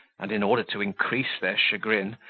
and, in order to increase their chagrin,